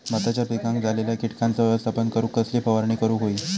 भाताच्या पिकांक झालेल्या किटकांचा व्यवस्थापन करूक कसली फवारणी करूक होई?